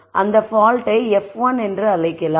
அந்த பால்ட்டை f1 என்று அழைக்கலாம்